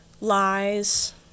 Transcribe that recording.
lies